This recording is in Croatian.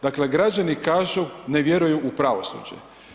Dakle građani kažu ne vjeruju u pravosuđe.